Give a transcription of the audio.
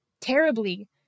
terribly